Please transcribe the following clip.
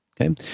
Okay